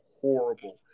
horrible